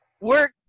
work